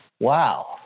Wow